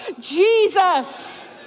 Jesus